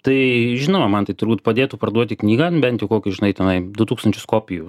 tai žinoma man tai turbūt padėtų parduoti knygą bent jau kokį žinai tenai du tūkstančius kopijų